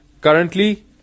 currently